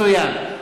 מצוין.